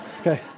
Okay